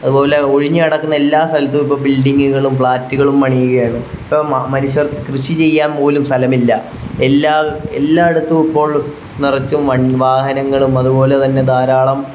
അതുപോലെ ഒഴിഞ്ഞ് കിടക്കുന്ന എല്ലാ സ്ഥലത്തും ഇപ്പം ബിൽഡിങ്ങുകളും ഫ്ലാറ്റ്കളും പണിയുകയാണ് ഇപ്പം മനുഷ്യർക്ക് കൃഷി ചെയ്യാൻ പോലും സ്ഥലമില്ല എല്ലാ എല്ലായിടത്തും ഇപ്പോൾ നിറച്ചും വൺ വാഹനങ്ങളും അതുപോലെ തന്നെ ധാരാളം